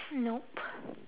nope